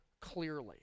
clearly